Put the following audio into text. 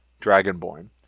Dragonborn